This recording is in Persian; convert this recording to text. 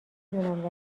دونم